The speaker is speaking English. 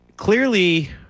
Clearly